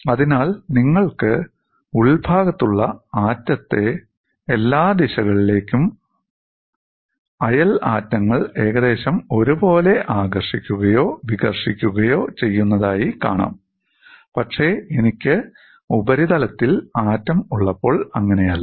അതിനാൽ നിങ്ങൾക്ക് ഉൾഭാഗത്തുള്ള ആറ്റത്തെ എല്ലാ ദിശകളിലേക്കും അയൽ ആറ്റങ്ങൾ ഏകദേശം ഒരുപോലെ ആകർഷിക്കുകയോ വികർഷിക്കുകയോ ചെയ്യുന്നതായി കാണാം പക്ഷേ എനിക്ക് ഉപരിതലത്തിൽ ആറ്റം ഉള്ളപ്പോൾ അങ്ങനെയല്ല